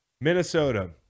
minnesota